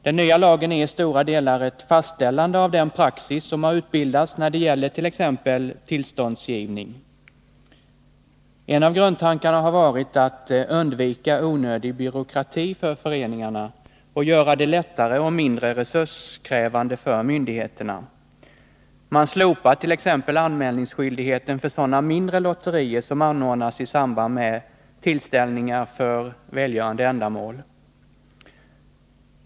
Den nya lagen är i stora delar ett fastställande av den praxis som har utbildats när det gäller t.ex. tillståndsgivning. En av grundtankarna har varit att undvika onödig byråkrati för föreningarna och göra det lättare och mindre resurskrävande för myndigheterna. Man slopar t.ex. anmälningsskyldigheten för sådana mindre lotterier som anordnas i samband med tillställningar för välgörande ändamål.